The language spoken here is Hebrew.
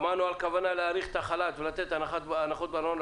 שמענו על כוונה להאריך את החל"ת ולתת הנחות בארנונה,